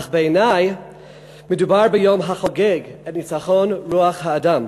אך בעיני מדובר ביום החוגג את ניצחון רוח האדם.